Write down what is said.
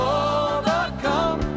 overcome